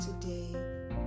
today